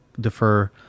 defer